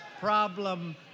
problem